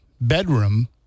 bedroom